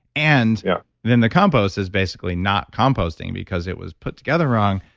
and yeah then the compost is basically not composting because it was put together wrong,